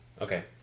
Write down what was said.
Okay